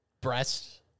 breasts